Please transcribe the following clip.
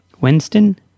Winston